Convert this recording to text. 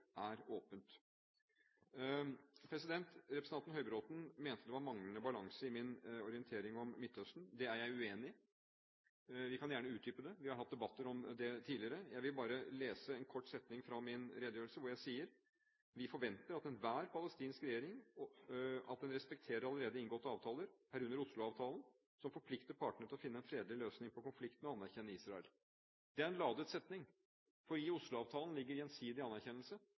er åpent. Representanten Høybråten mente det var manglende balanse i min orientering om Midtøsten. Det er jeg uenig i. Vi kan gjerne utdype det. Vi har hatt debatter om det tidligere. Jeg vil bare lese en kort setning fra min redegjørelse, hvor jeg sier: «Vi forventer av enhver palestinsk regjering at den respekterer allerede inngåtte avtaler, herunder Oslo-avtalen, som forpliktet partene til å finne en fredelig løsning på konflikten og anerkjenne Israel.» Det er en ladet setning, for i Oslo-avtalen ligger gjensidig anerkjennelse